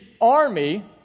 army